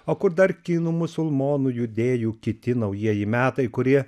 o kur dar kinų musulmonų judėjų kiti naujieji metai kurie